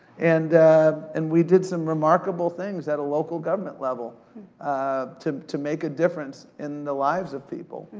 and and we did some remarkable things at a local government level ah to to make a difference in the lives of people.